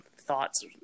thoughts